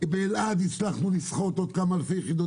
באלעד הצלחנו לסחוט עוד כמה אלפי יחידות